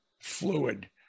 fluid